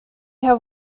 have